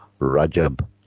rajab